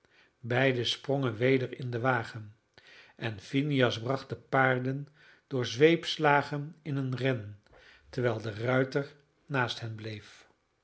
beiden sprongen weder in den wagen en phineas bracht de paarden door zweepslagen in een ren terwijl de ruiter naast hen bleef